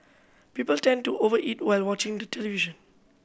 people tend to over eat while watching the television